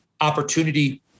Opportunity